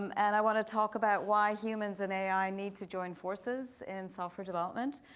um and i want to talk about why humans in ai need to join forces in software development.